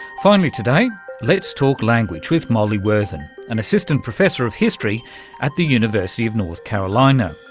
finally today let's talk language with molly worthen, an assistant professor of history at the university of north carolina.